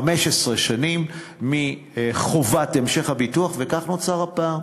15 שנים מחובת המשך הביטוח, וכך נוצר הפער.